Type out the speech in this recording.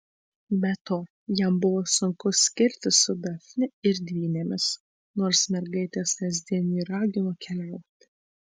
be to jam buvo sunku skirtis su dafne ir dvynėmis nors mergaitės kasdien jį ragino keliauti